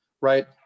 right